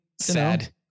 sad